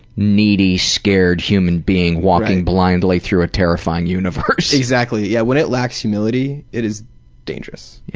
needy, scared human being walking blindly through a terrifying universe. exactly, yeah when it lacks humility it is dangerous,